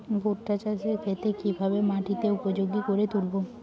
ভুট্টা চাষের ক্ষেত্রে কিভাবে মাটিকে উপযোগী করে তুলবো?